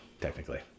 technically